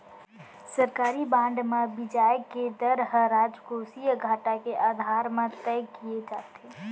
सरकारी बांड म बियाज के दर ह राजकोसीय घाटा के आधार म तय किये जाथे